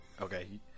Okay